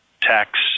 tax